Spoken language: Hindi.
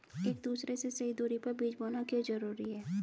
एक दूसरे से सही दूरी पर बीज बोना क्यों जरूरी है?